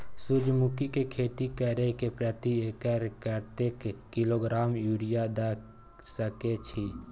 सूर्यमुखी के खेती करे से प्रति एकर कतेक किलोग्राम यूरिया द सके छी?